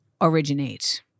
originate